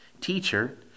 Teacher